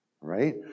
Right